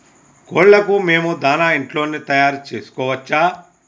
కోళ్లకు మేము దాణా ఇంట్లోనే తయారు చేసుకోవచ్చా?